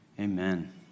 Amen